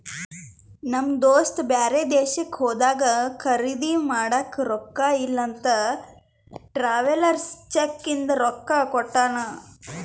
ನಮ್ ದೋಸ್ತ ಬ್ಯಾರೆ ದೇಶಕ್ಕ ಹೋದಾಗ ಖರ್ದಿ ಮಾಡಾಕ ರೊಕ್ಕಾ ಇಲ್ಲ ಅಂತ ಟ್ರಾವೆಲರ್ಸ್ ಚೆಕ್ ಇಂದ ರೊಕ್ಕಾ ಕೊಟ್ಟಾನ